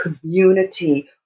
community